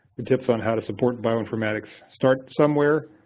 the tips on how to support bioinformatics start somewhere,